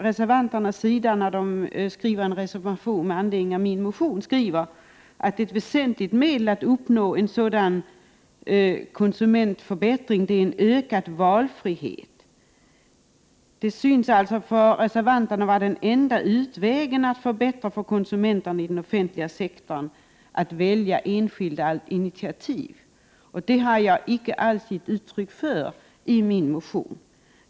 Reservanterna skriver i sin reservation med anledning av min motion att ”ett väsentligt medel att uppnå en sådan” förbättring är en ”ökad valfrihet”. Det synes alltså för reservanterna vara den enda utvägen att förbättra för konsumenterna i den offentliga sektorn att välja enskilda initiativ. Det har jag icke alls gett uttryck för i min motion.